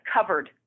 covered